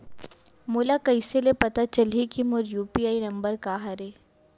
मोला कइसे ले पता चलही के मोर यू.पी.आई नंबर का हरे?